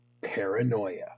Paranoia